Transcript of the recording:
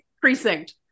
precinct